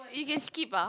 you can skip ah